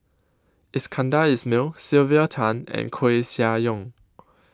Iskandar Ismail Sylvia Tan and Koeh Sia Yong